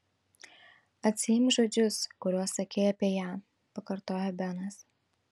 atsiimk žodžius kuriuos sakei apie ją pakartojo benas